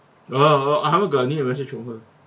orh orh I haven't got any message from her